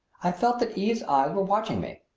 i felt that eve's eyes were watching me.